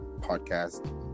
podcast